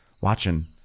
Watching